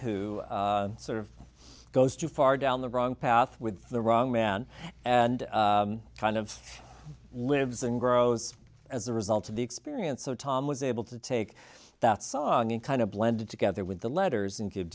who sort of goes too far down the wrong path with the wrong man and kind of lives and grows as a result of the experience so tom was able to take that song and kind of blended together with the letters and give